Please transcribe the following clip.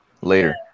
later